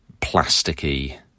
plasticky